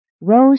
rose